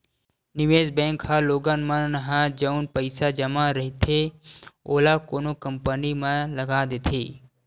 निवेस बेंक ह लोगन मन ह जउन पइसा जमा रहिथे ओला कोनो कंपनी म लगा देथे